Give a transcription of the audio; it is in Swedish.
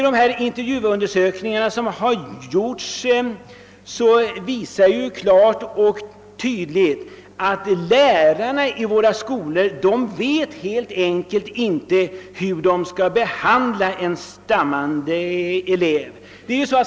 De undersökningar som gjort visar klart och tydligt att lärarna vid våra skolor helt enkelt inte vet hur de skall bemöta en stammande elev.